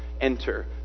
enter